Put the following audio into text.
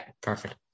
perfect